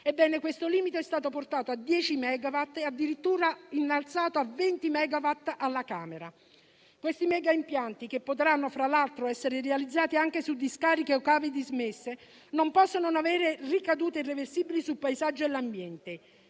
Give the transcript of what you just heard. questo limite è stato portato a 10 megawatt e addirittura innalzato a 20 megawatt alla Camera. Questi megaimpianti, che potranno tra l'altro essere realizzati anche in discariche o cave dismesse, non possono non avere ricadute irreversibili sul paesaggio e l'ambiente.